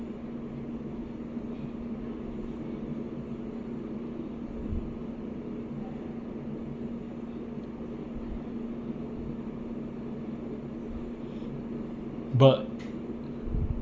but